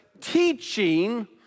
teaching